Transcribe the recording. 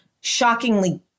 shockingly